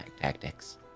tactics